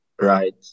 Right